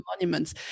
monuments